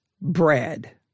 bread